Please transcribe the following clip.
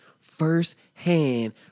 first-hand